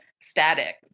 static